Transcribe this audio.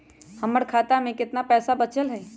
हमर खाता में केतना पैसा बचल हई?